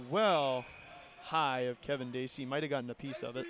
well hi kevin days he might have gotten a piece of it